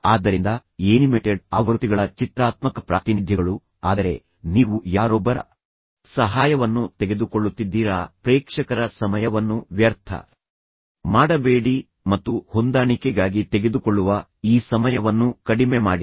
ಆದ್ದರಿಂದ ಏನಿಮೇಟೆಡ್ ಆವೃತ್ತಿಗಳ ಚಿತ್ರಾತ್ಮಕ ಪ್ರಾತಿನಿಧ್ಯಗಳು ಆದರೆ ನೀವು ಯಾರೊಬ್ಬರ ಸಹಾಯವನ್ನು ತೆಗೆದುಕೊಳ್ಳುತ್ತಿದ್ದೀರಾ ಅಥವಾ ನೀವು ಹೇಗೆ ಮಾಡಲಿದ್ದೀರಿ ಪ್ರೇಕ್ಷಕರ ಸಮಯವನ್ನು ವ್ಯರ್ಥ ಮಾಡಬೇಡಿ ಮತ್ತು ಹೊಂದಾಣಿಕೆಗಾಗಿ ತೆಗೆದುಕೊಳ್ಳುವ ಈ ಸಮಯವನ್ನು ಕಡಿಮೆ ಮಾಡಿ